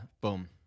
Boom